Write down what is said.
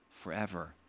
forever